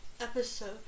episode